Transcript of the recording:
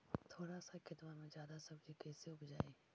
थोड़ा सा खेतबा में जादा सब्ज़ी कैसे उपजाई?